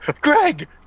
Greg